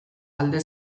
alde